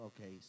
Okay